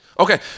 Okay